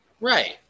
Right